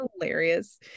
hilarious